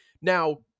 Now